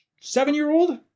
seven-year-old